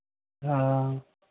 हाँ